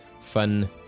fun